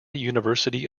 university